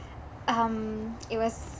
um it was